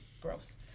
gross